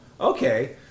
okay